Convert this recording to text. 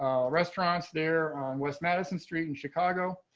restaurants there on west madison street in chicago.